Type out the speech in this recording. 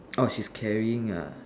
orh she's carrying ah